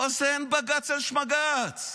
פה אין בג"ץ, אין שמג"ץ.